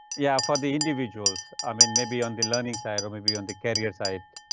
yeah, for the individuals i mean maybe on the learning side or maybe on the carrier side.